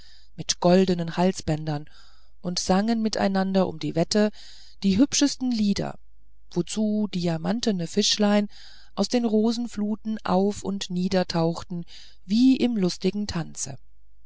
mit goldnen halsbändern und sangen miteinander um die wette die hübschesten lieder wozu diamantne fischlein aus den rosenfluten auf und niedertauchten wie im lustigen tanze